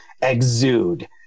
exude